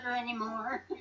anymore